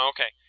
Okay